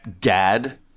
dad